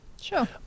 Sure